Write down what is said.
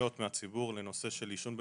פניות מהציבור בנושא של עישון במרפסות,